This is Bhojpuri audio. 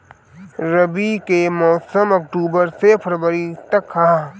रबी के मौसम अक्टूबर से फ़रवरी तक ह